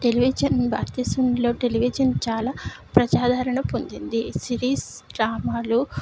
television భారతదేశంలో television చాలా ప్రజాదరణ పొందింది సిరీస్ డ్రామాలు